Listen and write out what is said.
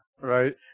right